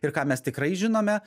ir ką mes tikrai žinome